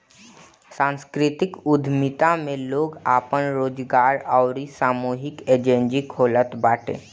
सांस्कृतिक उद्यमिता में लोग आपन रोजगार अउरी सामूहिक एजेंजी खोलत बाटे